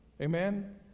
Amen